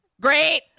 Great